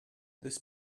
this